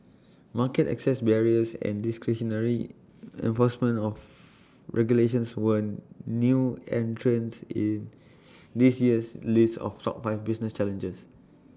market access barriers and discretionary enforcement of regulations were new entrants in this year's list of top five business challenges